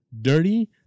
dirty